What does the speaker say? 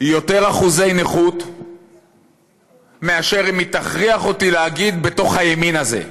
יותר אחוזי נכות מאשר אם היא תכריח אותי להגיד "בתוך הימין הזה".